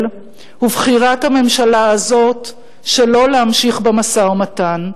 ובחירת הממשלה הזאת שלא להמשיך במשא-ומתן.